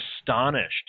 astonished